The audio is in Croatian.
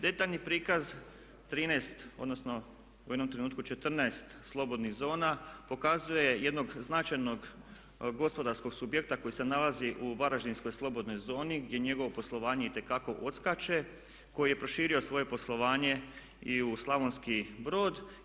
Detaljni prikaz 13, odnosno u jednom trenutku 14 slobodnih zona pokazuje jednog značajnog gospodarskog subjekta koji se nalazi u varaždinskoj slobodnoj zoni gdje njegovo poslovanje itekako odskače, koji je proširio svoje poslovanje i u Slavonski Brod.